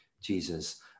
Jesus